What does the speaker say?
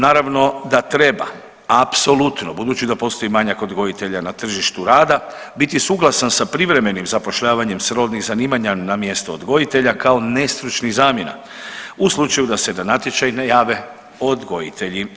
Naravno da treba apsolutno, budući da postoji manjak odgojitelja na tržištu rada biti suglasan sa privremenim zapošljavanjem srodnih zanimanja na mjestu odgojitelja kao nestručnih zamjena u slučaju da se na natječaj ne jave odgojitelji.